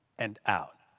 and out.